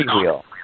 wheel